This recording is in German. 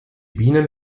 bienen